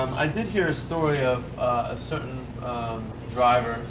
um i did hear a story of a certain driver